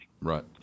Right